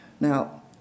Now